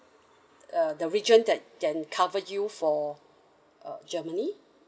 uh the region that then cover you for uh germany